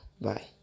Bye